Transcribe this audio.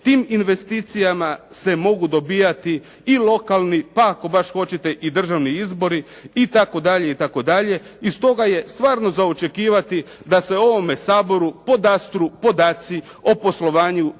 tim investicijama se mogu dobivati i lokalni pa ako baš hoćete i državni izbori itd., itd.. I stoga je stvarno za očekivati da se ovome Saboru podastru podaci o poslovanju